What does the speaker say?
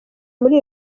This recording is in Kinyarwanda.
muri